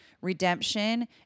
redemption